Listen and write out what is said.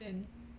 then